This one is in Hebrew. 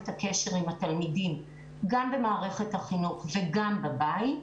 את הקשר עם התלמידים גם במערכת החינוך וגם בבית,